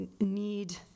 need